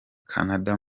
canada